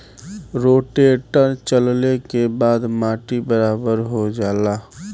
rotator चलले के बाद माटी बराबर हो जाला